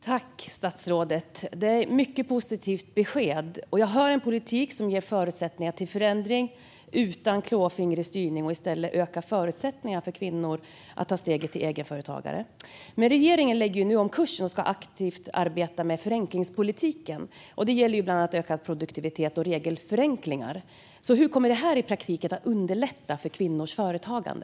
Herr talman! Jag tackar statsrådet; det är ett mycket positivt besked. Jag hör en politik som ger förutsättningar för förändring utan klåfingrig styrning och i stället ökar förutsättningarna för kvinnor att ta steget till eget företagande. Regeringen lägger nu om kursen och ska aktivt arbeta med förenklingspolitiken, vilket bland annat gäller ökad produktivitet och regelförenklingar. Hur kommer detta att i praktiken underlätta för kvinnors företagande?